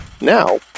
now